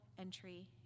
entry